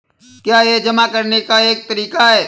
क्या यह जमा करने का एक तरीका है?